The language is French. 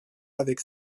avec